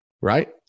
right